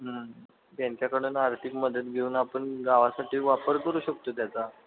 त्यांच्याकडून आर्थिक मदत घेऊन आपण गावासाठी वापर करू शकतो त्याचा